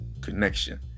connection